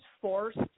forced